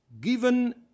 given